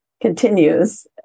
continues